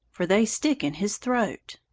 for they stick in his throat.